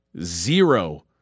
zero